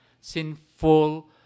sinful